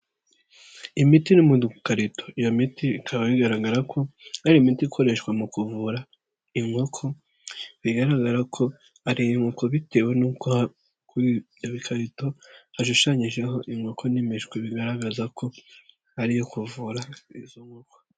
Imiti iri mu dukarito, iyo miti ikaba bigaragara ko ari imiti ikoreshwa mu kuvura inkoko, bigaragara ko ari iy'inkoko, bitewe nuko aha kuri ibyo bikarito hashushanyijeho inkoko n'imishwi, bigaragaza ko ari iyo kuvura izo nkoko.